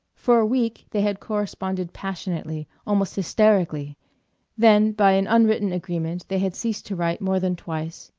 for a week they had corresponded passionately, almost hysterically then by an unwritten agreement they had ceased to write more than twice,